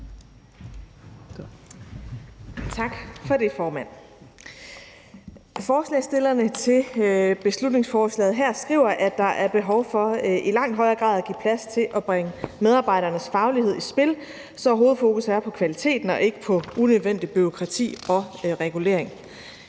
Tak for det, formand. Forslagsstillerne på beslutningsforslaget her skriver, at der i langt højere grad er behov for at give plads til at bringe medarbejdernes faglighed i spil, så hovedfokus er på kvaliteten og ikke på unødvendigt bureaukrati og regulering.